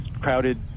crowded